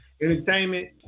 entertainment